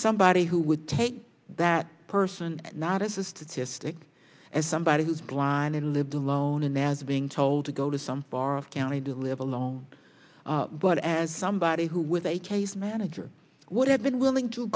somebody who would take that person not as a statistic as somebody who's blind and lived alone and as being told to go to some bar of county to live alone but as somebody who was a case manager would have been willing to